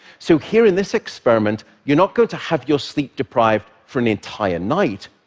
so here in this experiment, you're not going to have your sleep deprived for an entire night,